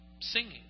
Singing